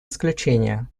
исключения